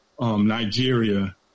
Nigeria